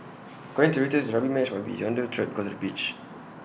according to Reuters the rugby match might be under threat because of the beach